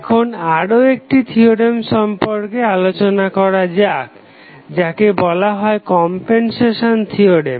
এখন আরও একটি থিওরেম সম্পর্কে আলোচনা করা যাক যাকে বলা হয় কমপেনসেশন থিওরেম